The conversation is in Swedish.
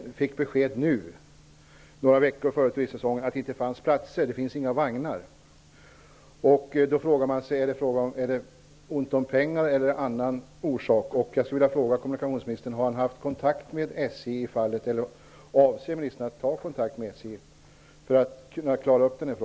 Hotellen fick besked nu, några veckor före säsongen, att det inte fanns platser därför att det inte fanns tillräckligt med vagnar.